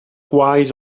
gwaed